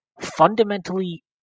fundamentally